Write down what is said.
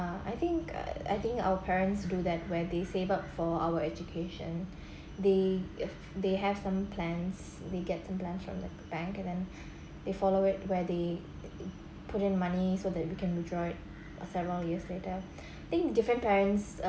I think I think our parents do that where they say about for our education they if they have some plans they get some plants from the bank and then they follow it where they put in money so that you can withdraw it several years later thing different parents uh